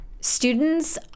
Students